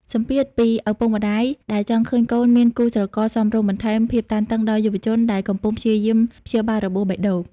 សម្ពាធពីឪពុកម្តាយដែលចង់ឃើញកូនមានគូស្រករសមរម្យ បន្ថែមភាពតានតឹងដល់យុវជនដែលកំពុងព្យាយាមព្យាបាលរបួសបេះដូង។